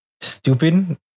stupid